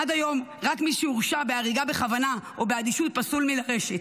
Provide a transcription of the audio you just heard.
עד היום רק מי שהורשע בהריגה בכוונה או באדישות פסול מלרשת.